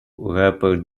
wrapper